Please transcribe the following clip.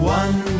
one